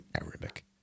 Arabic